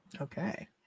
Okay